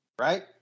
right